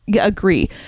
agree